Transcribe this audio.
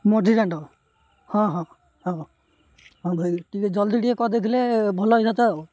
ମଝି ଦାଣ୍ଡ ହଁ ହଁ ହଁ ହଁ ଭାଇ ଟିକିଏ ଜଲ୍ଦି ଟିକିଏ କରିଦେଇଥିଲେ ଭଲ ହୋଇଥାନ୍ତା ଆଉ